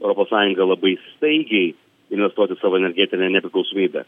europos sąjungą labai staigiai investuot į savo energetinę nepriklausomybę